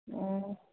ꯑꯣ